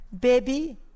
Baby